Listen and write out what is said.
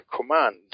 command